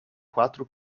quatro